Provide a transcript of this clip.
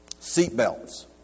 Seatbelts